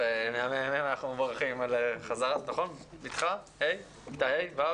מהממ"מ אנחנו מברכים על בתך בכיתה ה'.